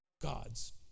God's